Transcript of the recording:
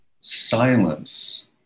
silence